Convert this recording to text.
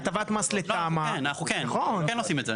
אנחנו עושים את זה.